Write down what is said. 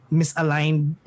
misaligned